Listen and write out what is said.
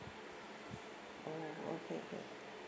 oh okay okay